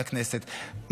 לכנסת,